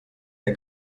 der